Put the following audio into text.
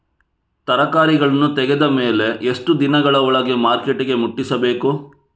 ತರಕಾರಿಗಳನ್ನು ತೆಗೆದ ಮೇಲೆ ಎಷ್ಟು ದಿನಗಳ ಒಳಗೆ ಮಾರ್ಕೆಟಿಗೆ ಮುಟ್ಟಿಸಬೇಕು?